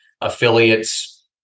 affiliates